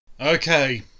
okay